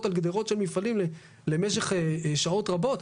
על גדרות של מפעלים למשך שעות רבות.